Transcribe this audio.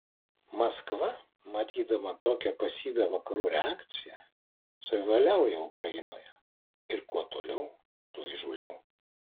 maskva matydama tokią pasyvią vakarų reakciją savivaliauja ukrainoje ir kuo toliau tuo įžūliau